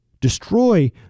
destroy